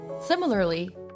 Similarly